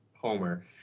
homer